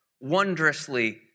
wondrously